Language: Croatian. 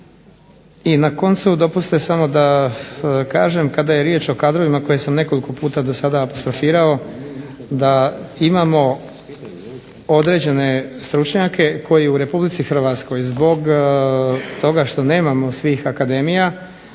I na koncu dopustite samo da kažem, kada je riječ o kadrovima koje sam nekoliko puta dosada apostrofirao, da imamo određene stručnjake koji u RH zbog toga što nemamo svih akademija